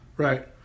Right